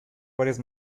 varias